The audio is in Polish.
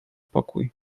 pokój